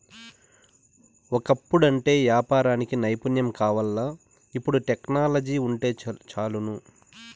ఒకప్పుడంటే యాపారానికి నైపుణ్యం కావాల్ల, ఇపుడు టెక్నాలజీ వుంటే చాలును